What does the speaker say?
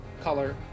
color